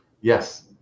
Yes